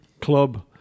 club